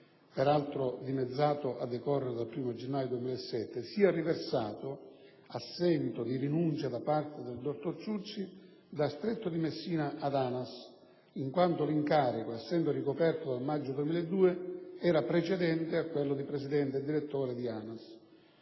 peraltro dimezzato a decorrere dal 1° gennaio 2007, sia riversato, a seguito di rinuncia da parte del dottor Ciucci, da Stretto di Messina ad ANAS, in quanto l'incarico, essendo ricoperto dal maggio 2002, era precedente a quello di presidente e direttore di ANAS.